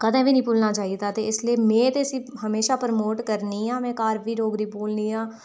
कदें बी नेईं भुल्लना चाहिदा ते इसलेई में ते इसी हमेशा प्रमोट करनी आं में घर बी डोगरी बोलनी आं